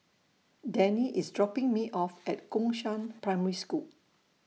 Dannie IS dropping Me off At Gongshang Primary School